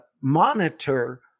monitor